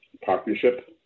partnership